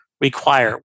require